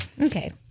Okay